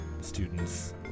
students